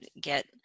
get –